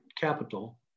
capital